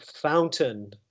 fountain